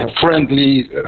friendly